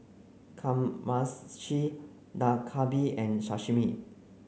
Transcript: Kamameshi Dak Galbi and Sashimi